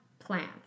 Plants